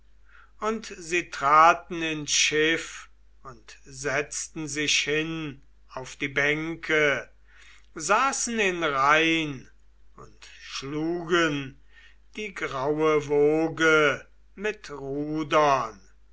und sie traten ins schiff und setzten sich hin auf die bänke saßen in reihn und schlugen die graue woge mit rudern